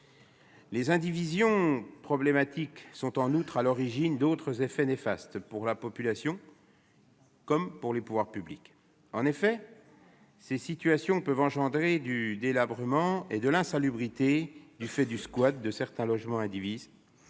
Les indivisions problématiques sont, en outre, à l'origine d'autres effets néfastes pour la population comme pour les pouvoirs publics. Elles peuvent engendrer du délabrement et de l'insalubrité, en raison du squat de certains logements indivis,